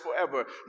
forever